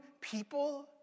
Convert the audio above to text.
people